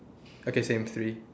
okay same three